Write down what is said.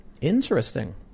Interesting